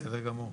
בסדר גמור.